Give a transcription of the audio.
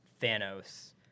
Thanos